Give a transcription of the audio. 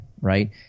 right